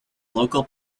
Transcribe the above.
local